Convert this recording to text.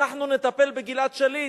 אנחנו נטפל בגלעד שליט,